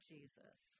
Jesus